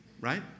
Right